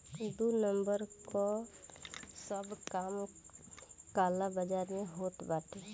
दू नंबर कअ सब काम काला बाजार में होत बाटे